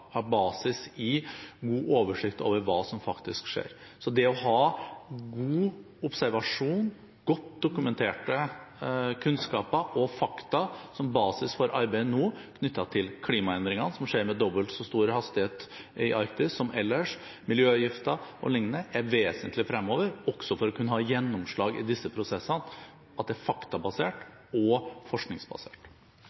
basis i god oversikt over hva som faktisk skjer. Så det å ha god observasjon, godt dokumenterte kunnskaper og fakta som basis for arbeidet knyttet til klimaendringene – som skjer med dobbelt så stor hastighet i Arktis som ellers – miljøgifter o.l., at dette er faktabasert og forskningsbasert, er vesentlig fremover for å kunne ha gjennomslag i disse prosessene.